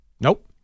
Nope